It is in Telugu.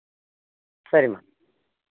సరే అమ్మా